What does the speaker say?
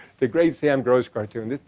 the great sam gross cartoon,